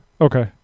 okay